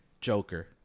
Joker